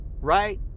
right